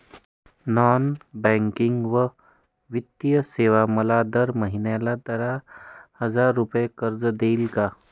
Non banking व वित्तीय सेवा मला दर महिन्याला दहा हजार रुपये कर्ज देतील का?